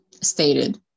stated